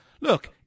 Look